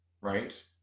right